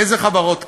איזה חברות כן?